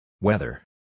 Weather